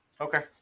Okay